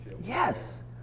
Yes